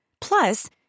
Plus